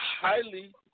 highly